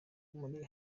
muri